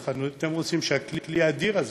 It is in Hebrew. איך אתם רוצים שהכלי האדיר הזה,